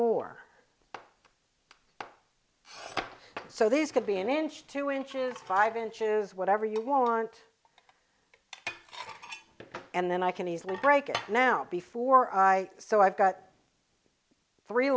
more so these could be an inch two inches five inches whatever you want and then i can easily break it now before i so i've got three